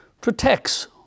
protects